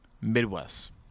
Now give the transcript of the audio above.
Midwest